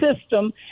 system